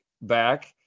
back